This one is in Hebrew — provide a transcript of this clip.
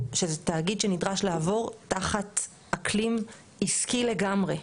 שזה תאגיד שנדרש לעבור תחת אקלים עסקי לגמרי.